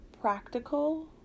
practical